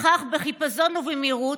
כך, בחיפזון ובמהירות,